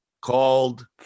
called